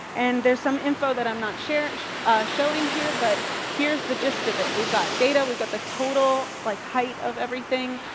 and there's some info that i'm not showing here. but here's the gist of it. we've got data, we've got the total like height of everything.